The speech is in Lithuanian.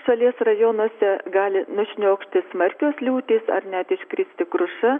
šalies rajonuose gali nušniokšti smarkios liūtys ar net iškristi kruša